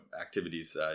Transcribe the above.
activities